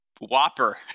Whopper